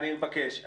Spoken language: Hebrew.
אני מבקש.